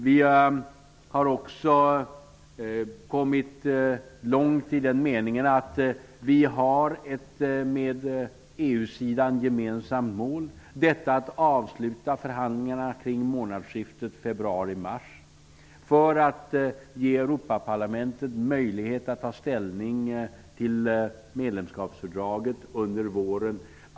Vi har också kommit långt i den meningen att vi har ett gemensamt mål med EU-sidan, nämligen att avsluta förhandlingarna kring månadsskiftet februari-mars. Det är för att ge Europaparlamentet möjlighet att ta ställning till medlemskapsfördraget under våren.